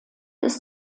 ist